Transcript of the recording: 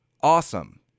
Awesome